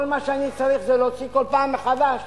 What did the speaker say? כל מה שאני צריך זה להוציא כל פעם מחדש